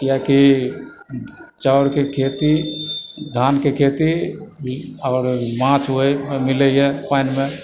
किआकि चाउरके खेती धानके खेती आओर माछ मिलैए पानिमे